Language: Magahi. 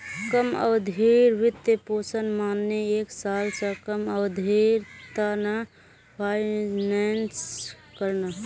कम अवधिर वित्तपोषण माने एक साल स कम अवधिर त न फाइनेंस करना